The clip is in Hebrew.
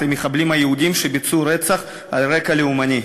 למחבלים היהודים שביצעו רצח על רקע לאומני.